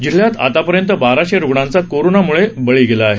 जिल्ह्यात आतापर्यंत बाराशे रूग्णांचा कोरोनामुळे बळी गेला आहे